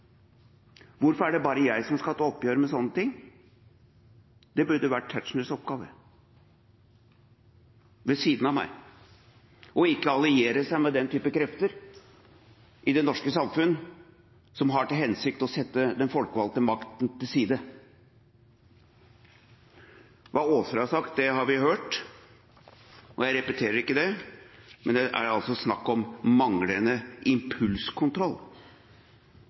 Hvorfor er det bare jeg som skal ta oppgjør med sånne ting? Det burde vært Tetzschners oppgave, ved siden av meg, i stedet for å alliere seg med den type krefter i det norske samfunn som har til hensikt å sette den folkevalgte makten til side. Hva Aaser har sagt, har vi hørt, og jeg repeterer ikke det, men det er altså snakk om manglende impulskontroll.